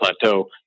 Plateau